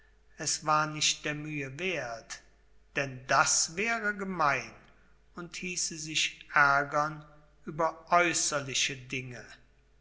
es war nicht der mühe werth denn das wäre gemein und hieße sich ärgern über äußerliche dinge